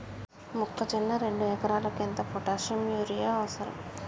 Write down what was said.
మొక్కజొన్న రెండు ఎకరాలకు ఎంత పొటాషియం యూరియా అవసరం?